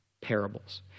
parables